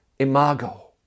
Imago